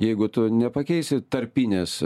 jeigu tu nepakeisi tarpinės